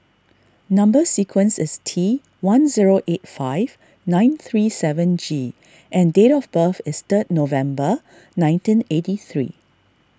Number Sequence is T one zero eight five nine three seven G and date of birth is third November nineteen eighty three